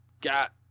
got